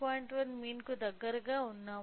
1 mean కు దగ్గరగా ఉన్నాము